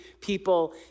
people